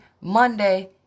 Monday